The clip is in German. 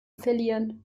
verlieren